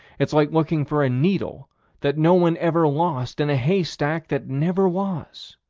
it's like looking for a needle that no one ever lost in a haystack that never was